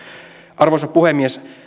arvoisa puhemies